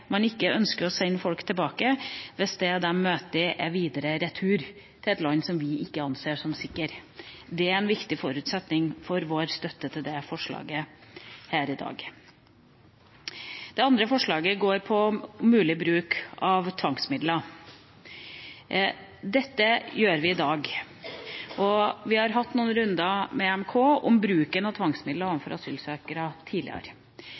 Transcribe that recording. ønsker å sende folk tilbake hvis det de møter, er videre retur til et land vi ikke anser som sikkert. Det er en viktig forutsetning for vår støtte til det forslaget her i dag. Det andre forslaget handler om mulig bruk av tvangsmidler. Dette gjør vi i dag, og vi har tidligere hatt noen runder med Den europeiske menneskerettighetskonvensjon, EMK, om bruken av tvangsmidler overfor asylsøkere.